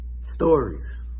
Stories